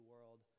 world